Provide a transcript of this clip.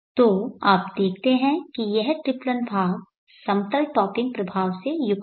तो आप देखते हैं कि यह ट्रिप्लन भाग समतल टॉपिंग प्रभाव से युक्त है